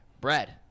Brad